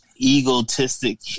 egotistic